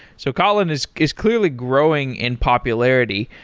so kotlin is is clearly growing in popularity.